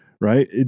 right